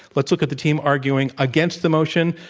let's look at the team arguing against the motion,